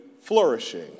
flourishing